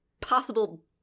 possible